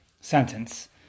sentence